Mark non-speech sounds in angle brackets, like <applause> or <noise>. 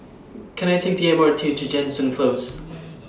Can I Take The M R T to Jansen Close <noise>